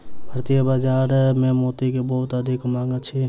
भारतीय बाजार में मोती के बहुत अधिक मांग अछि